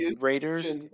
Raiders